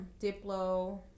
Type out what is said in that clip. diplo